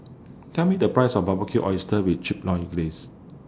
Tell Me The Price of Barbecued Oysters with Chipotle Glaze